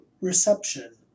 reception